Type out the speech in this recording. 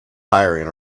hiring